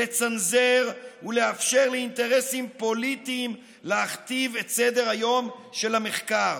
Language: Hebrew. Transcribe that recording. לצנזר ולאפשר לאינטרסים פוליטיים להכתיב את סדר-היום של המחקר.